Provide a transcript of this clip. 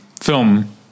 film—